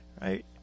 right